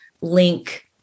link